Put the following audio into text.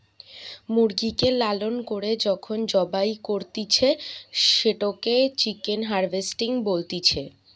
মুরগিকে লালন করে যখন জবাই করতিছে, সেটোকে চিকেন হার্ভেস্টিং বলতিছে